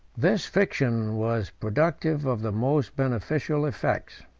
this fiction was productive of the most beneficial effects.